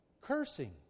cursing